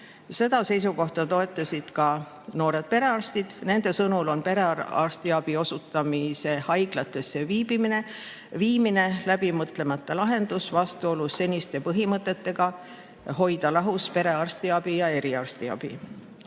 Seda seisukohta toetasid ka noored perearstid. Nende sõnul on perearstiabi osutamise haiglatesse viimine läbimõtlemata lahendus, vastuolus senise põhimõttega hoida lahus perearstiabi ja eriarstiabi.